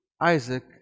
Isaac